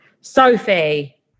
Sophie